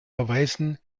erweisen